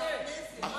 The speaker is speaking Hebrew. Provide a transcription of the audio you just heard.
שהופנו לממשלה זו,